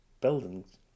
buildings